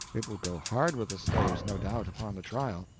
it will go hard with the slaves, no doubt, upon the trial.